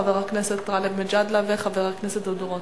חבר הכנסת גאלב מג'אדלה וחבר הכנסת דודו רותם.